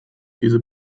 diese